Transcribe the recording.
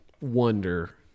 wonder